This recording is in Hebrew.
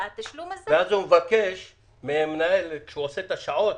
אז הוא מבקש ששעת